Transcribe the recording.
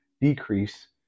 decrease